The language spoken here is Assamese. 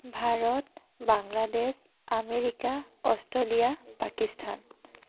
Bharat Bangladesh America Australia Pakistan